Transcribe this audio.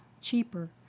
cheaper